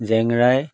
জেংৰাই